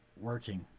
working